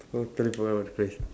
totally forgot about that phrase